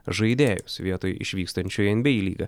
žaidėjus vietoj išvykstančio į nba lygą